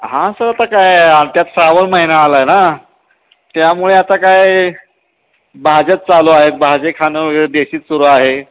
हां सर आता काय आमच्यात श्रावण महिना आला आहे ना त्यामुळे आता काय भाज्याच चालू आहे भाजी खाणं वगैरे देशीच सुरू आहे